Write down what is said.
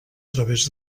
través